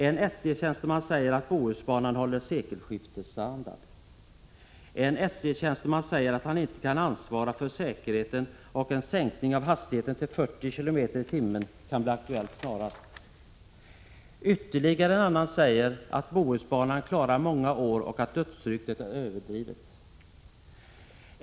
En SJ-tjänsteman säger att Bohusbanan håller sekelskiftesstandard. En annan SJ-tjänsteman säger att han inte kan ansvara för säkerheten och att en sänkning av hastigheten till 40 km/tim kan bli aktuell snarast. Ytterligare en annan säger att Bohusbanan klarar många år och att dödsryktet är överdrivet.